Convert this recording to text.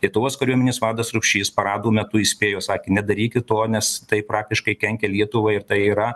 lietuvos kariuomenės vadas rupšys paradų metu įspėjo sakė nedarykit to nes tai praktiškai kenkia lietuvai ir tai yra